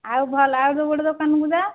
ଆଉ ଭଲ ଆଉ ଗୋଟେ ଦୋକାନକୁ ଯା